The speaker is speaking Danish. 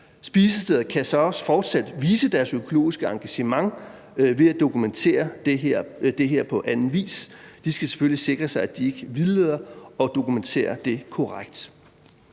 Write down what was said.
Spisesteder kan så også fortsat vise deres økologiske engagement ved at dokumentere det her på anden vis. De skal selvfølgelig sikre sig, at de ikke vildleder, men at de dokumenterer det korrekt.